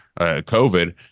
COVID